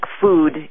food